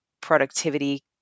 productivity